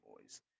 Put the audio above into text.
boys